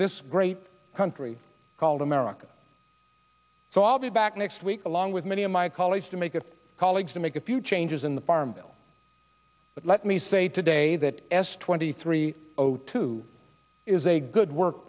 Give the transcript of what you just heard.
this great country called america so i'll be back next week along with many of my colleagues to make it colleagues to make a few changes in the farm bill but let me say today that s twenty three zero two is a good work